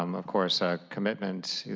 um of course, a commitment